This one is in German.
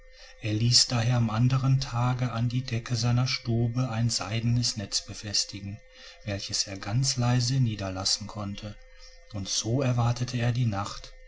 er lies daher am andern tage an die decke seiner stube ein seidenes netz befestigen welches er ganz leise niederlassen konnte und so erwartete er die nacht